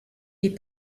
est